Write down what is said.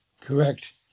Correct